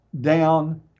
down